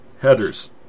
headers